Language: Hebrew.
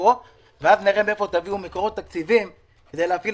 ואז נראה מאיפה תביאו מקורות תקציביים כדי להפעיל